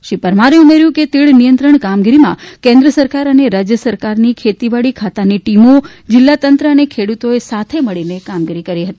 શ્રી પરમારે ઉમેર્યું હતું કે તીડ નિયંત્રણ કામગીરીમાં કેન્દ્ર સરકાર અને રાજ્ય સરકારની ખેતીવાડી ખાતાની ટીમો જિલ્લાતંત્ર અને ખેડૂતોએ સાથે મળીને કામગીરી કરી હતી